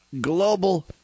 global